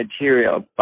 material